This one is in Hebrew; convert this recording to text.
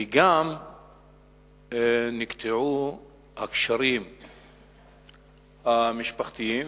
ונקטעו גם הקשרים המשפחתיים.